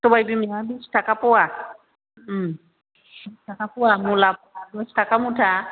सबाइ बिमाया बिस थाखा फ'वा बिस थाखा फ'वा मुलाया दस थाखा मुथा